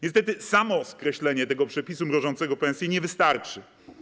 Niestety samo skreślenie tego przepisu mrożącego pensje nie wystarczy.